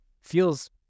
feels